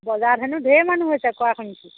বজাৰত হেনো ধেৰ মানুহ হৈছে কোৱা শুনিছোঁ